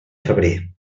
febrer